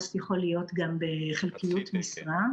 עובד סוציאלי יכול להיות גם בחלקיות משרה.